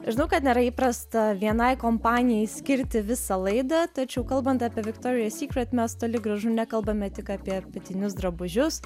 žinau kad nėra įprasta vienai kompanijai skirti visą laidą tačiau kalbant apie viktorija sykret mes toli gražu nekalbame tik apie apatinius drabužius